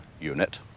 unit